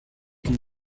can